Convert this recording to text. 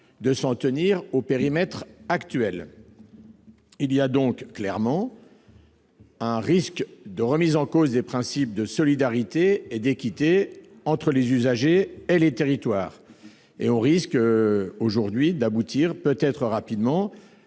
de s'en tenir au périmètre actuel. Il y a donc clairement un risque de remise en cause des principes de solidarité et d'équité entre les usagers et les territoires. On risque aujourd'hui d'aboutir, peut-être rapidement,